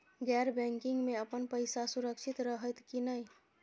गैर बैकिंग में अपन पैसा सुरक्षित रहैत कि नहिं?